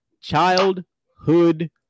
childhood